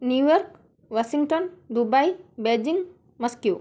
New York Washington Dubai Beijing Moscow